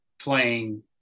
playing